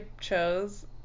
chose